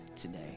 today